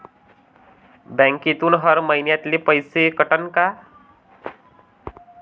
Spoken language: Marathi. बँकेतून हर महिन्याले पैसा कटन का?